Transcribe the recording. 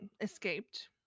escaped